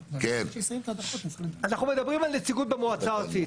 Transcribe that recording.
אנחנו מדברים על נציגות במועצה הארצית,